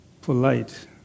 polite